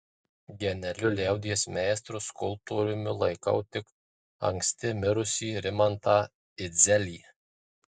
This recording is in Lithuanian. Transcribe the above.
genialiu liaudies meistru skulptoriumi laikau tik anksti mirusį rimantą idzelį